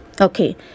Okay